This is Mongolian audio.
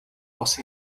бас